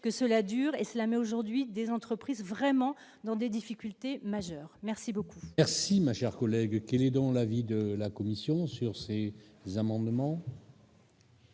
que cela dure et cela mais aujourd'hui des entreprises vraiment dans des difficultés majeures merci beaucoup. Merci, ma chère collègue qui, lui, dont l'avis de la Commission sur ces amendements.